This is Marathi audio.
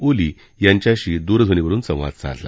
ओली यांच्याशी दूरध्वनीवरून संवाद साधला